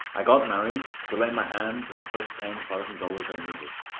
i got married to lay my hands on the first ten thousand dollars i needed.